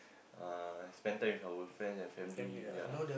uh spend time with our friends and family ya